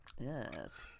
yes